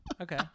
Okay